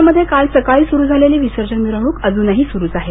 पुण्यामध्ये काल सकाळी सुरू ज्ञालेली विसर्जन मिरवणूक अजूनही सुरूच आहे